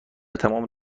تمام